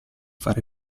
far